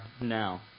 now